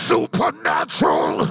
Supernatural